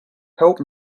help